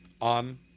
on